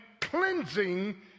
cleansing